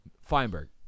Feinberg